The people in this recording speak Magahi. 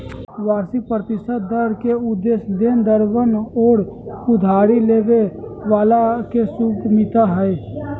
वार्षिक प्रतिशत दर के उद्देश्य देनदरवन और उधारी लेवे वालन के सुगमता हई